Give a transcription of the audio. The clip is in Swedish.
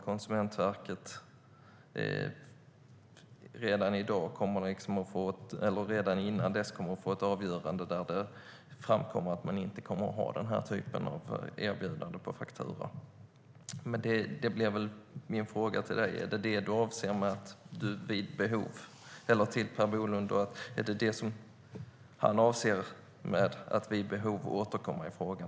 Konsumentverket kanske redan innan dess kommer att få ett avgörande där det framkommer att man inte får ha den typen av erbjudanden på fakturor. Min fråga är: Är det detta Per Bolund avser med att vid behov återkomma i frågan?